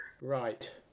Right